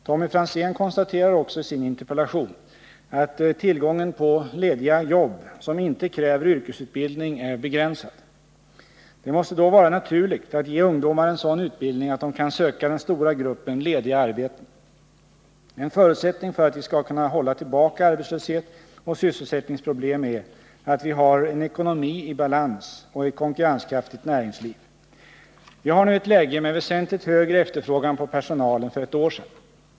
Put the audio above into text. Tommy Franzén konstaterar också i sin interpellation att tillgången på lediga jobb som inte kräver yrkesutbildning är begränsad. Det måste då vara naturligt att ge ungdomar en sådan utbildning att de kan söka den stora gruppen lediga arbeten. En förutsättning för att vi skall kunna hålla tillbaka arbetslöshet och sysselsättningsproblem är att vi har en ekonomi i balans och ett konkurrenskraftigt näringsliv. Vi har nu ett läge med väsentligt högre efterfrågan på personal än för ett år sedan.